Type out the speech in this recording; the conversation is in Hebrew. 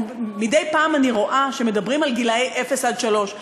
מדי פעם אני רואה שמדברים על גילאי אפס שלוש.